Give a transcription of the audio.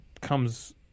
comes